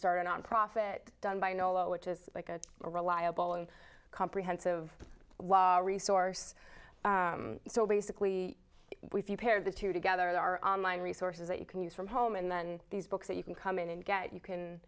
start a nonprofit done by nolo which is like a reliable and comprehensive resource so basically we prepare the two together at our online resources that you can use from home and then these books that you can come in and get you can